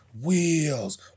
wheels